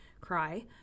cry